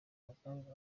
mugambi